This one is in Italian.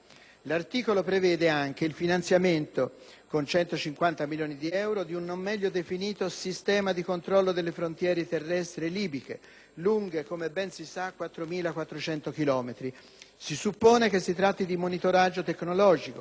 L'articolo prevede altresì il finanziamento, con una somma di 150 milioni di euro, di un non meglio definito «sistema di controllo delle frontiere terrestri» libiche, lunghe, come ben si sa, 4.400 chilometri. Si suppone che si tratti di monitoraggio tecnologico